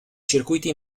circuiti